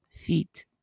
feet